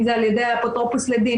אם זה על ידי אפוטרופוס לדין,